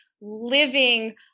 living